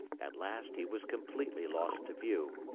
at last he was completely lost to view.